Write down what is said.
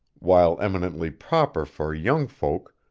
while eminently proper for young folk,